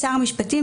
שר המשפטים,